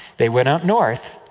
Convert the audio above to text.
they went up north,